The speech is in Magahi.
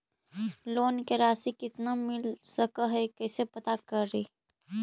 लोन के रासि कितना मिल सक है कैसे पता करी?